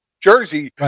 jersey